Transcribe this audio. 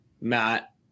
Matt